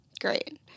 Great